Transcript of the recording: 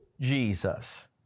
Jesus